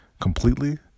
completely